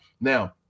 Now